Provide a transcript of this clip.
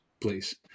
please